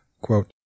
Quote